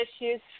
issues